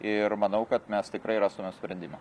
ir manau kad mes tikrai rastume sprendimą